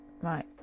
Right